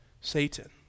Satan